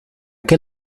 qué